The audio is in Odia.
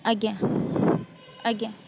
ଆଜ୍ଞା ଆଜ୍ଞା